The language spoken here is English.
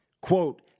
Quote